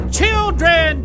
children